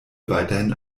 weiterhin